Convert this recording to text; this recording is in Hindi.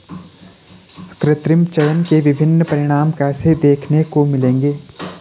कृत्रिम चयन के विभिन्न परिणाम कैसे देखने को मिलेंगे?